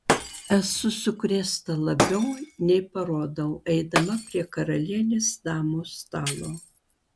esu sukrėsta labiau nei parodau eidama prie karalienės damų stalo